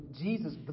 Jesus